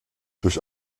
durch